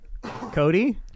Cody